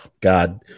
God